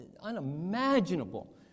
unimaginable